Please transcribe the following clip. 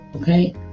Okay